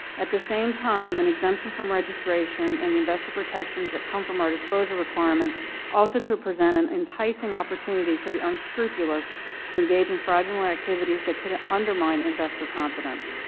at the same time an exemption from registration and the investor protections that come from our disclosure requirements also could present an enticing opportunity for the unscrupulous to engage in fraudulent activities that could undermine investor confidence.